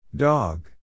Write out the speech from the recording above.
Dog